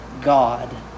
God